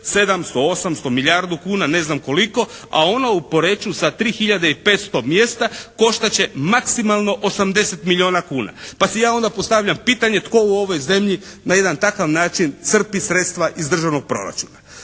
700, 800, milijardu kuna ne znam koliko, a ona u Poreču sa 3500 mjesta koštat će maksimalno 80 milijuna kuna. Pa si ja onda postavlja pitanje tko u ovoj zemlji na jedan takav način crpi sredstva iz državnog proračuna.